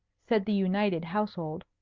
said the united household.